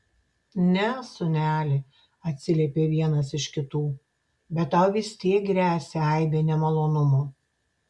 ne sūneli atsiliepė vienas iš kitų bet tau vis tiek gresia aibė nemalonumų